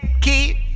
keep